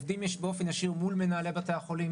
עובדים באופן ישיר מול מנהלי בתי החולים,